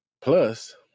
Plus